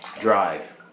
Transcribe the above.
drive